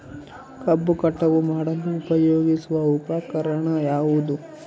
ಕಬ್ಬು ಕಟಾವು ಮಾಡಲು ಉಪಯೋಗಿಸುವ ಉಪಕರಣ ಯಾವುದು?